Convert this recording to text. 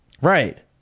Right